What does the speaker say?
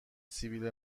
سبیل